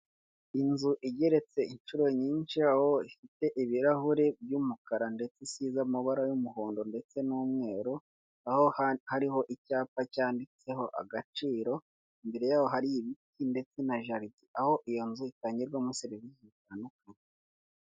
Inzu igeretse inshuro nyinshi aho ifite ibirahure by'umukara ndetse isize amabara y'umuhondo ndetse n'umweru, aho hariho icyapa cyanditseho agaciro, imbere yaho hari ibiti ndetse na jaride, aho iyo nzu itangirwamo serivise zitandukanye.